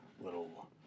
little